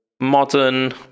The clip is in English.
modern